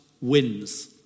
wins